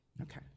Okay